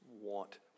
want